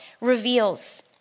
reveals